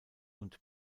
und